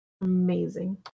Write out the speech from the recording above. Amazing